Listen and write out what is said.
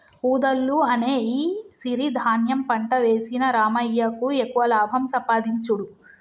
వూదలు అనే ఈ సిరి ధాన్యం పంట వేసిన రామయ్యకు ఎక్కువ లాభం సంపాదించుడు